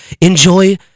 enjoy